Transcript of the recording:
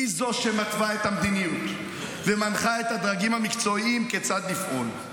היא זו שמתווה את המדיניות ומנחה את הדרגים המקצועיים כיצד לפעול.